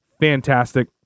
fantastic